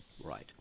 Right